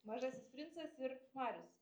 mažasis princas ir marius